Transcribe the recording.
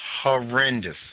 horrendous